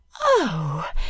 Oh